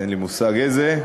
אין לי מושג איזו.